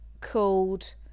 called